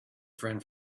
friend